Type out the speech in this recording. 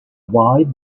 wide